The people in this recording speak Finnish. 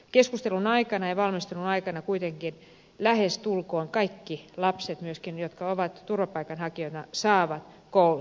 keskustelun ja valmistelun aikana kuitenkin lähes tulkoon kaikki lapset myöskin ne jotka olivat turvapaikanhakijoita saivat koulutusta